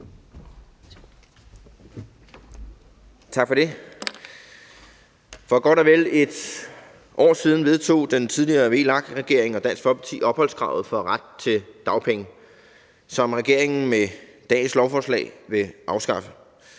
Tak for det. For godt og vel et år siden vedtog den tidligere VLAK-regering og Dansk Folkeparti opholdskravet for ret til dagpenge, som regeringen med dagens lovforslag vil afskaffe.